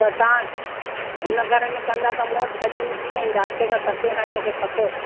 त तां हुन घर में कंदा त मूं वटि सॼो ॾींहुं कीअं ईंदा अठ खां सत ताईं मूंखे खपे